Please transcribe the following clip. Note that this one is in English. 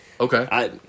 Okay